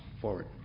forward